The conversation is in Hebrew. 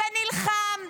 שנלחם,